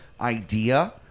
idea